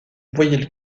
voyelles